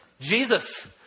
Jesus